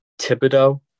Thibodeau